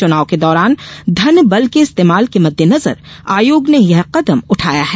चुनाव के दौरान धन बल के इस्तेमाल के मद्देनजर आयोग ने यह कदम उठाया है